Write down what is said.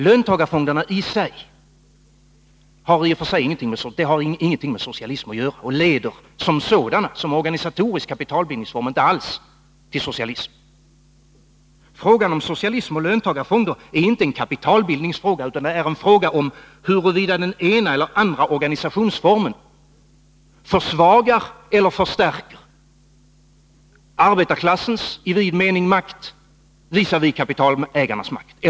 Löntagarfonderna i sig har inget med socialism att göra, och de leder som organisatorisk kapitalbildningsform inte alls till socialism. Frågan om socialism och löntagarfonder är inte en kapitalbildningsfråga, utan det är en fråga om huruvida den ena eller andra organisationsformen försvagar eller förstärker arbetarklassens, i vid mening, makt visavi kapitalägarnas.